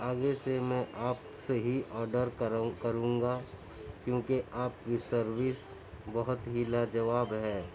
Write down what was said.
آگے سے میں آپ سے ہی آڈر کروں گا کیوں کہ آپ کی سروس بہت ہی لا جواب ہے